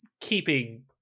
keeping